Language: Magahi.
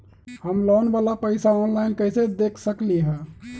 हम लोन वाला पैसा ऑनलाइन कईसे दे सकेलि ह?